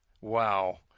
Wow